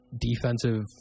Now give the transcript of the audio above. defensive